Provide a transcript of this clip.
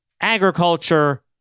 agriculture